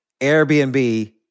Airbnb